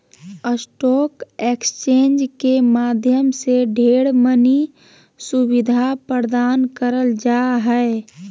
stock exchange के माध्यम से ढेर मनी सुविधा प्रदान करल जा हय